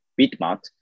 BitMart